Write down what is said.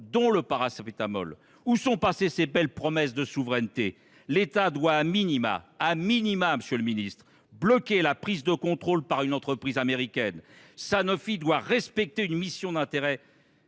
dont le paracétamol. Où sont passées ces belles promesses de souveraineté ? L’État doit, monsieur le ministre, bloquer la prise de contrôle par une entreprise américaine. Sanofi doit respecter une mission d’intérêt